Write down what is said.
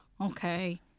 okay